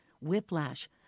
whiplash